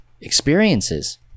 experiences